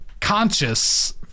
conscious